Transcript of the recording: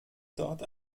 dort